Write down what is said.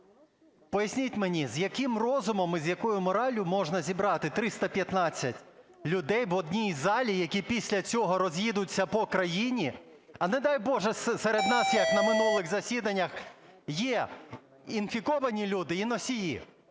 поясніть мені, з яким розумом і з якою мораллю можна зібрати 315 людей в одній залі, які після цього роз'їдуться по країні. А не дай Боже, серед нас, як на минулих засіданнях є інфіковані люди і носії?